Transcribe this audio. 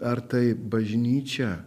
ar tai bažnyčia